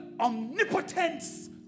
omnipotence